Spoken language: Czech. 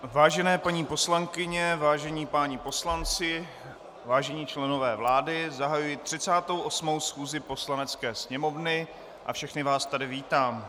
Vážené paní poslankyně, vážení páni poslanci, vážení členové vlády, zahajuji 38. schůzi Poslanecké sněmovny a všechny vás tady vítám.